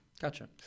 Gotcha